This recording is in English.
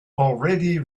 already